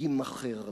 יימכר לך.